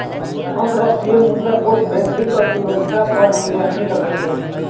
अंतर्राष्ट्रीय मुद्रा कोष वैश्विक अर्थव्यवस्था पर निगरानी रखइ छइ